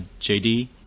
JD